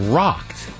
rocked